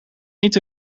niet